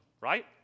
right